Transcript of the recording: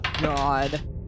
god